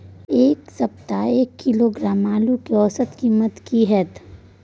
ऐ सप्ताह एक किलोग्राम आलू के औसत कीमत कि हय?